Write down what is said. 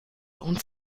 uns